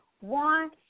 one